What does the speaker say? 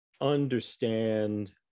understand